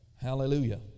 Hallelujah